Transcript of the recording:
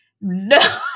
No